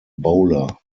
bowler